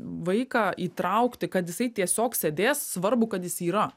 vaiką įtraukti kad jisai tiesiog sėdės svarbu kad jis yra